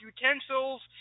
utensils